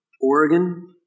Oregon